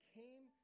came